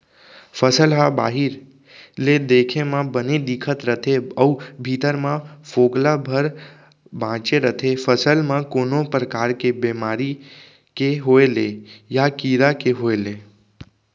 फसल ह बाहिर ले देखे म बने दिखत रथे अउ भीतरी म फोकला भर बांचे रथे फसल म कोनो परकार के बेमारी के होय ले या कीरा के होय ले